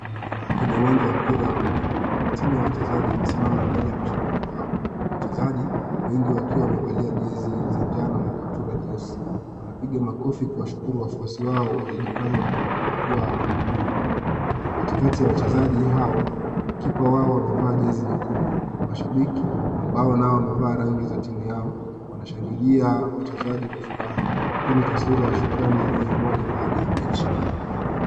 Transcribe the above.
Kwenye uwanja wa mpira wa miguu, timu ya wachezaji imesimama mbele ya mashabiki wao. Wachezaji wengi wakiwa wamevalia jezi za njano na kaptura nyeusi wanapiga makofi kuwashukuru wafuasi wao waliojipanga kwenye majukwaa ya blue . Katikati ya wachezaji hao, kipa wao amevaa jezi nyekundu. Mashabiki ambao nao wamevaa rangi za timu yao wanashangilia wachezaji kwa furaha. Hii ni taswira ya shukrani na umoja baada ya mechi.